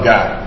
God